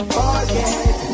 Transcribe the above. forget